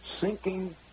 sinking